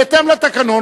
בהתאם לתקנון,